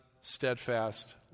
steadfast